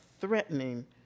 threatening